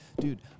Dude